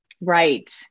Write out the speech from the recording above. Right